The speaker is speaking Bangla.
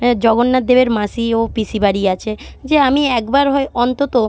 হ্যাঁ জগন্নাথদেবের মাসি ও পিসি বাড়ি আছে যে আমি একবার হয় অন্তত